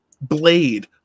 blade